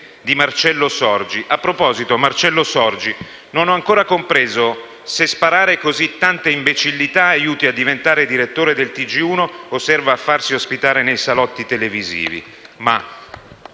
di Marcello Sorgi. A proposito: non ho ancora compreso se sparare così tante imbecillità aiuti a diventare direttore del TG1 o serva a farsi ospitare nei salotti televisivi.